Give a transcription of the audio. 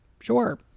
Sure